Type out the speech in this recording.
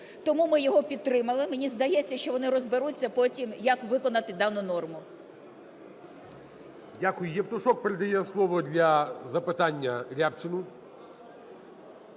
тому ми його підтримали, мені здається, що вони розберуться потім, як виконати дану норму.